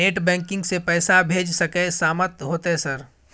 Net banking से पैसा भेज सके सामत होते सर?